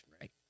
Right